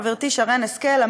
ציינה את זה חברתי שרן השכל.